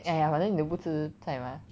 !aiya! but then 你都不自在吗